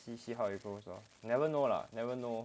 see see how it goes lor never know lah never know